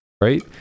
Right